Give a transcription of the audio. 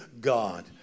god